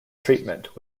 treatment